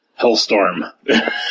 Hellstorm